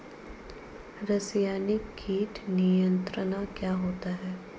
रसायनिक कीट नियंत्रण क्या होता है?